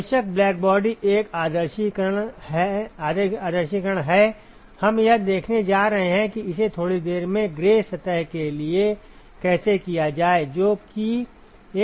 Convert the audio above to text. बेशक ब्लैकबॉडी एक आदर्शीकरण है हम यह देखने जा रहे हैं कि इसे थोड़ी देर में ग्रे सतह के लिए कैसे किया जाए जो कि एक वास्तविक प्रणाली है